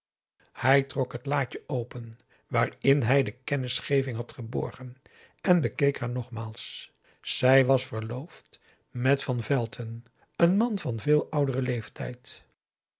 hij trok het laatje open waarin hij de kennisgeving had geborgen en bekeek haar nogmaals zij was verloofd met van velton een man van veel ouderen leeftijd